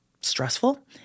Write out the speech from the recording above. stressful